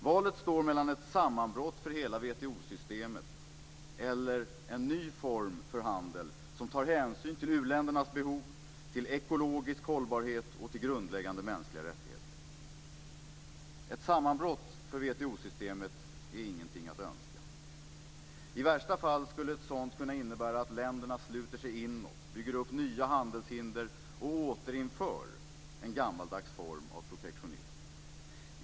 Valet står mellan ett sammanbrott för hela WTO-systemet eller en ny form för handel som tar hänsyn till u-ländernas behov, till ekologisk hållbarhet och till grundläggande mänskliga rättigheter. Ett sammanbrott för WTO-systemet är inget att önska. I värsta fall skulle ett sådant innebära att länderna sluter sig inåt, bygger upp nya handelshinder och återinför en gammaldags form av protektionism.